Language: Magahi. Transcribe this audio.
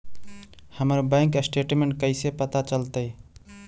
हमर बैंक स्टेटमेंट कैसे पता चलतै?